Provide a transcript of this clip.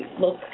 look